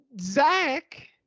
zach